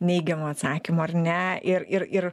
neigiamo atsakymo ar ne ir ir ir